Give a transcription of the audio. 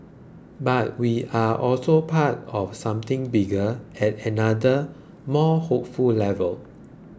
but we are also part of something bigger at another more hopeful level